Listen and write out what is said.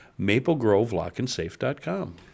MapleGroveLockAndSafe.com